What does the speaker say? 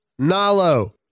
Nalo